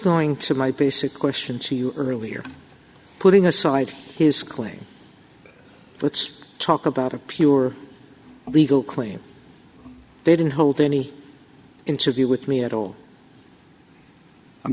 going to my basic question to you earlier putting aside his claim let's talk about a pure legal claim they didn't hold any interview with me at all i'm